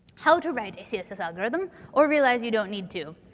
how to write a css algorithm or realize you don't need to.